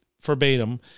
verbatim